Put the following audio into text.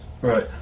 Right